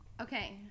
Okay